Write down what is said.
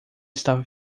estava